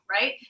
right